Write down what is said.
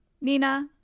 Nina